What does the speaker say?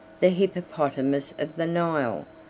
the hippopotamus of the nile,